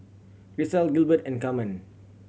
Grisel Gilbert and Camren